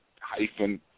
hyphen